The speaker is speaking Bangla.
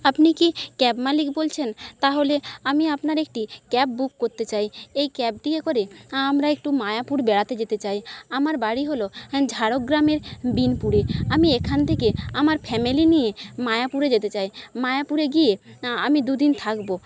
আপনি কি ক্যাব মালিক বলছেন তাহলে আমি আপনার একটি ক্যাব বুক করতে চাই এই ক্যাবটিতে করে আমরা একটু মায়াপুর বেড়াতে যেতে চাই আমার বাড়ি হলো ঝাড়গ্রামের বিনপুরে আমি এখান থেকে আমার ফ্যামিলি নিয়ে মায়াপুরে যেতে চাই মায়াপুরে গিয়ে আমি দু দিন থাকব